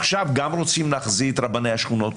עכשיו גם רוצים להחזיר את רבני השכונות,